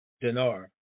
dinar